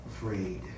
afraid